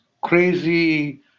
crazy